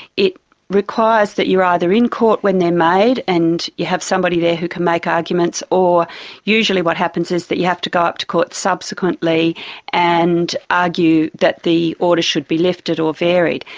it requires that you are either in court when they are made and you have somebody there who can make arguments, or usually what happens is that you have to go to court subsequently and argue that the order should be lifted or varied.